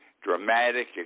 Dramatic